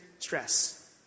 stress